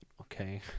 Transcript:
okay